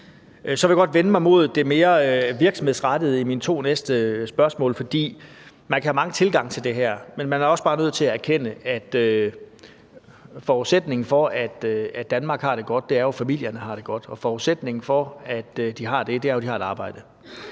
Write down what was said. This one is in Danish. jeg godt vænne mig mod det mere virksomhedsrettede i mine to næste spørgsmål. For man kan have mange tilgange til det her, men man er også bare nødt til at erkende, at forudsætningen for, at Danmark har det godt, jo er, at familierne har det godt. Og forudsætningen for, at de har det, er, at de har et arbejde.